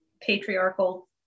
patriarchal